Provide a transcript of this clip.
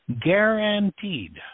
Guaranteed